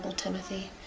timothy.